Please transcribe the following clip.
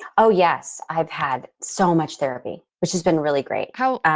oh, yes. i've had so much therapy, which has been really great how?